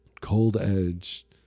cold-edge